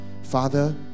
Father